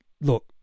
look